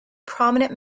prominent